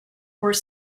were